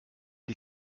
die